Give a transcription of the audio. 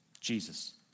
Jesus